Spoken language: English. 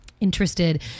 interested